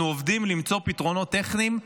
אנחנו עובדים למצוא פתרונות טכניים,